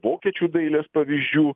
vokiečių dailės pavyzdžių